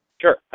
Sure